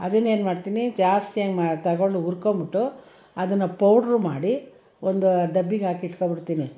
ಅದನ್ನೇನು ಮಾಡ್ತೀನಿ ಜಾಸ್ತಿ ಹಂಗೆ ಮಾಡಿ ತಗೊಂಡು ಹುರ್ಕೊಂಡ್ಬಿಟ್ಟು ಅದನ್ನು ಪೌಡ್ರ್ ಮಾಡಿ ಒಂದು ಡಬ್ಬಿಗೆ ಹಾಕಿ ಇಟ್ಕೊಂಡ್ಬಿಡ್ತೀನಿ